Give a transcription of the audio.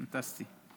פנטסטי.